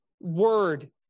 word